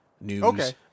news